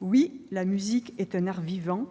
Oui, la musique est un art vivant !